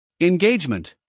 engagement